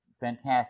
fantastic